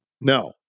No